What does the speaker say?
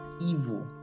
evil